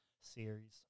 series